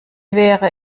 wäre